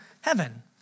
heaven